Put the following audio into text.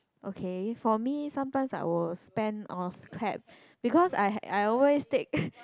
okay for me sometimes I will spend on cab because I I always take